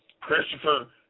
Christopher